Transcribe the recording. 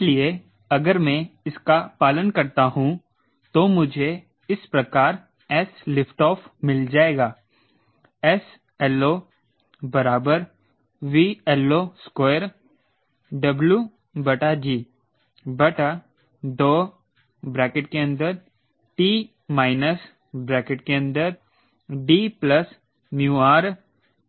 इसलिए अगर मैं इसका पालन करता हूं तो मुझे इस प्रकार s लिफ्ट ऑफ मिल जाएगा sLO VLO2Wg2